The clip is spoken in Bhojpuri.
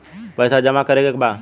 पैसा जमा करे के बा?